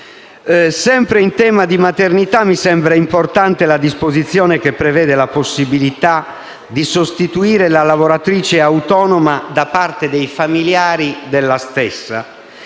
Sempre in tema di maternità mi sembra importante la disposizione che prevede la possibilità di sostituire la lavoratrice autonoma da parte dei familiari della stessa.